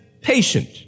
patient